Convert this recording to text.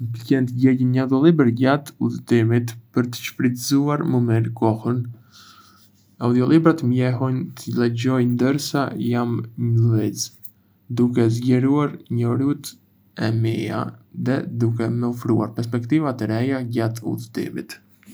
Më pëlqen të gjegjënj një audiolibër gjatë udhëtimit për të shfrytëzuar më mirë kohën. Audiolibrat më lejojnë të 'lexoj' ndërsa jam në lëvizje, duke zgjeruar njohuritë e mia dhe duke më ofruar perspektiva të reja gjatë udhëtimit.